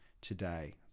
today